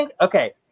Okay